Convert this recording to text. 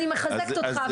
אני מחזקת אותך,